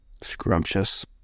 scrumptious